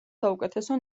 საუკეთესო